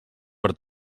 per